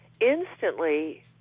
instantly